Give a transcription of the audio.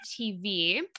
TV